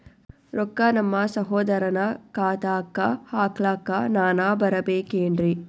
ರೊಕ್ಕ ನಮ್ಮಸಹೋದರನ ಖಾತಾಕ್ಕ ಹಾಕ್ಲಕ ನಾನಾ ಬರಬೇಕೆನ್ರೀ?